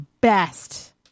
best